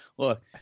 Look